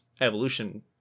evolution